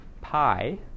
pi